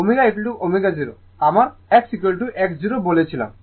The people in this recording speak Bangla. সুতরাং ωω0 আমি XX 0 বলেছিলাম